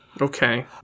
Okay